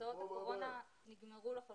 קופסאות הקורונה נגמרו לחלוטין.